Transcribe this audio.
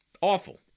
Awful